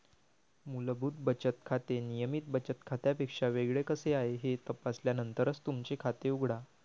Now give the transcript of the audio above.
मूलभूत बचत खाते नियमित बचत खात्यापेक्षा वेगळे कसे आहे हे तपासल्यानंतरच तुमचे खाते उघडा